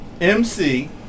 MC